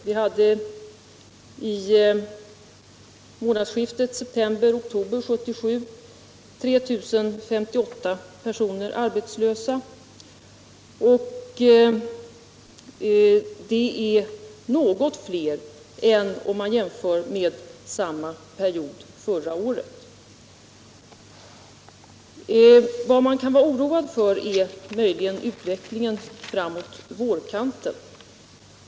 Vid månadsskiftet september-oktober 1977 hade vi 3 058 arbetslösa byggnadsarbetare. Det är något fler än vid samma tidpunkt förra året. Vad man kan vara oroad för är utvecklingen fram på vårkanten.